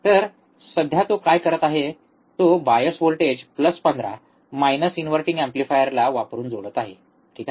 तर सध्या तो काय करत आहे तो बायस व्होल्टेज प्लस 15 व मायनस इन्व्हर्टिंग एम्पलीफायरला वापरून जोडत आहे ठिक आहे